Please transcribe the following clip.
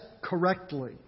correctly